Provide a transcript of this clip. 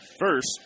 First